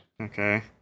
Okay